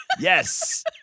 Yes